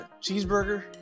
cheeseburger